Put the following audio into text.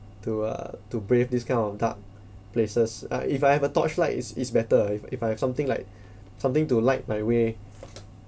to uh to brave this kind of dark places uh if I have a torchlight it's it's better if if I have something like something to light my way